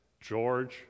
George